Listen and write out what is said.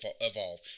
evolve